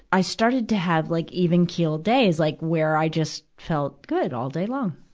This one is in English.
i started to have like even-keeled days, like, where i just felt good all day long.